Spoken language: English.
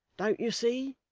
don't you see